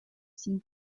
sin